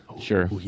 Sure